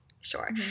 Sure